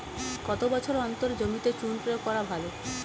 কত বছর অন্তর জমিতে চুন প্রয়োগ করা ভালো?